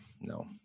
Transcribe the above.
No